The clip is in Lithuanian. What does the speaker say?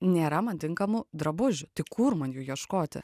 nėra man tinkamų drabužių tai kur man jų ieškoti